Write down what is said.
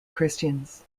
christians